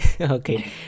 Okay